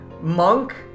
Monk